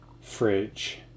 fridge